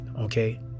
Okay